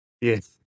Yes